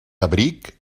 abric